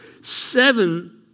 Seven